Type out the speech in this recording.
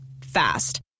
Fast